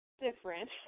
different